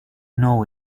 know